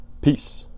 Peace